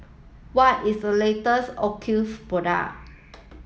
what is the latest Ocuvite product